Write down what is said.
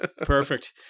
perfect